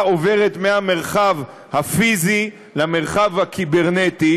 עוברת מהמרחב הפיזי למרחב הקיברנטי,